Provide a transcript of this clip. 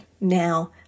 now